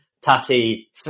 Tati